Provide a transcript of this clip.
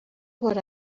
what